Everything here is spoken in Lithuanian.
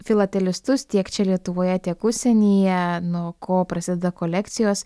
filatelistus tiek čia lietuvoje tiek užsienyje nuo ko prasideda kolekcijos